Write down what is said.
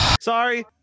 Sorry